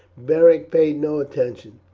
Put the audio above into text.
beric paid no attention.